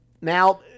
Now